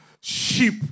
sheep